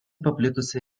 paplitusi